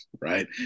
right